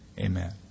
Amen